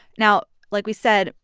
now, like we said,